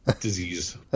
disease